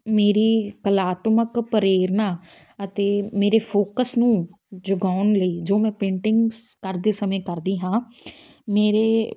ਮੇਰੀ ਕਲਾਤਮਕ ਪ੍ਰੇਰਨਾ ਅਤੇ ਮੇਰੇ ਫੋਕਸ ਨੂੰ ਜਗਾਉਣ ਲਈ ਜੋ ਮੈਂ ਪੇਂਟਿੰਗਸ ਕਰਦੇ ਸਮੇਂ ਕਰਦੀ ਹਾਂ ਮੇਰੇ